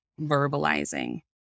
verbalizing